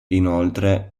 inoltre